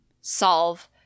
solve